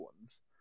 ones